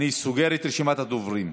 אני סוגר את רשימת הדוברים.